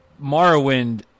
Morrowind